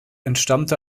entstammte